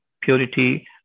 purity